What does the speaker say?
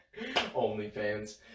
OnlyFans